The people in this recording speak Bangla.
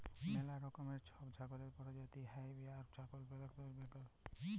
ম্যালা রকমের ছব ছাগলের পরজাতি হ্যয় বোয়ার ছাগল, ব্যালেক বেঙ্গল